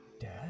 Dad